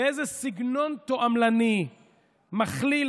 באיזה סגנון תועמלני מכליל,